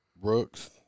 brooks